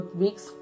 weeks